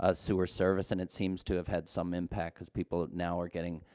ah sewer service. and it seems to have had some impact, because people now are getting,